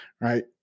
right